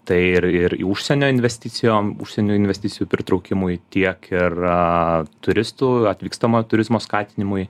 tai ir ir į užsienio investicijom užsienio investicijų pritraukimui tiek ir turistų atvykstamojo turizmo skatinimui